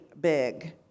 big